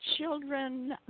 children